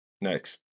Next